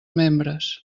membres